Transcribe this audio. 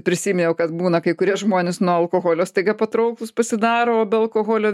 prisiminiau kad būna kai kurie žmonės nuo alkoholio staiga patrauklūs pasidaro o be alkoholio